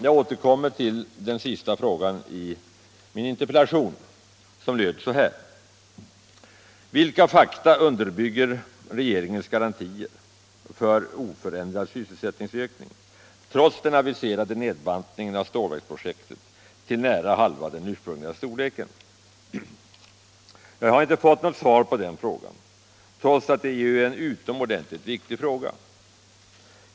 Jag återkommer till den sista frågan i min interpellation, som löd: ”Vilka fakta underbygger regeringens garantier för oförändrad sysselsättningsökning trots den aviserade nedbantningen av stålverksprojektet till nära halva den ursprungliga storleken?” Jag har inte fått något svar på den frågan trots att det ju är en utomordentligt viktig fråga.